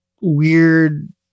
weird